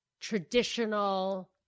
traditional